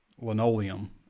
linoleum